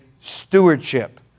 stewardship